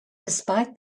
despite